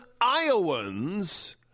Iowans